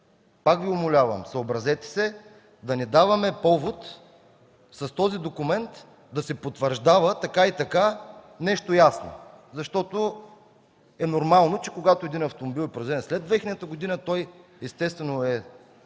Пак Ви умолявам: съобразете се да не даваме повод с този документ да се потвърждава така и така нещо ясно. Защото е нормално, че когато един автомобил е произведен след 2000 г., той естествено е